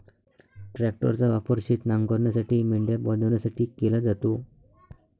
ट्रॅक्टरचा वापर शेत नांगरण्यासाठी, मेंढ्या बनवण्यासाठी केला जातो